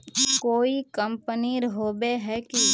कोई कंपनी होबे है की?